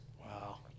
Wow